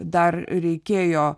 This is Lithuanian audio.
dar reikėjo